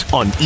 on